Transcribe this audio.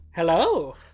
hello